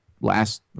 last